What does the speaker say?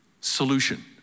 solution